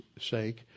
sake